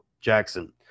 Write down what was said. Jackson